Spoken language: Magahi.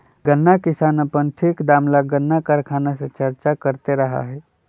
गन्ना किसान अपन ठीक दाम ला गन्ना कारखाना से चर्चा करते रहा हई